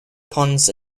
ponce